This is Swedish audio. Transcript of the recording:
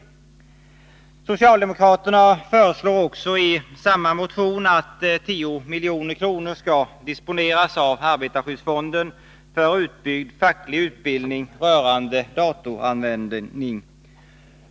Socialdemokraterna föreslår också i samma motion att 10 miljoner skall disponeras av arbetarskyddsfonden för utbyggd facklig utbildning rörande datoranvändning.